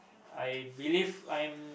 I believe I'm